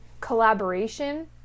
collaboration